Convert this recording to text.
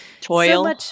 Toil